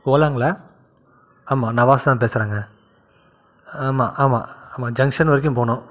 ஓலாங்களா ஆமாம் நான் வாசு தான் பேசுகிறேங்க ஆமாம் ஆமாம் ஆமாம் ஜங்க்ஷன் வரைக்கும் போகணும்